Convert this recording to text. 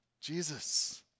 Jesus